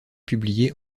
publiée